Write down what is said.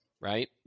right